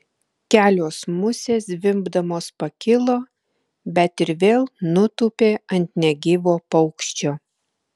kelios musės zvimbdamos pakilo bet ir vėl nutūpė ant negyvo paukščio